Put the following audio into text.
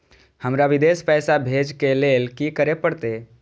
हमरा विदेश पैसा भेज के लेल की करे परते?